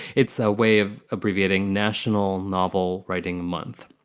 it's a way of abbreviating national novel writing month.